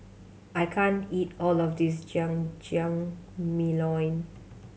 I can't eat all of this Jajangmyeon